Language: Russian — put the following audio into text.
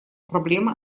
проблемы